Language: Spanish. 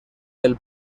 del